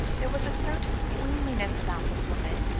there was a certain queenliness about this woman,